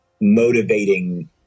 motivating